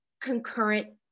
concurrent